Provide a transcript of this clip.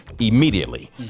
immediately